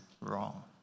wrong